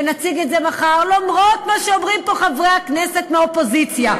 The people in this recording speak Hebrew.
ונציג את זה מחר למרות מה שאומרים פה חברי הכנסת מהאופוזיציה,